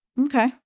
Okay